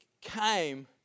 came